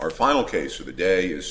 our final case of the day is